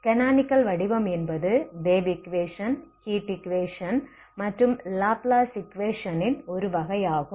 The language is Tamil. கானானிகல் வடிவம் என்பது வேவ் ஈக்வேஷன் ஹீட் ஈக்வேஷன் மற்றும் லாப்லாஸ் ஈக்வேஷனின் ஒரு வகை ஆகும்